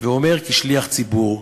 ואומר כשליח ציבור: